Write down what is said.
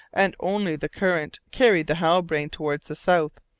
and only the current carried the halbrane towards the south.